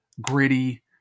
gritty